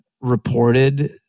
reported